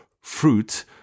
fruit